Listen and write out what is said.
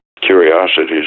curiosities